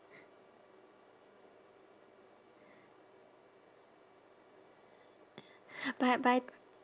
but but